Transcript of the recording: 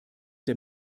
der